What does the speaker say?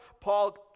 Paul